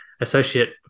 associate